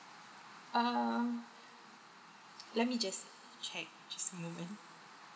um let me just check just a moment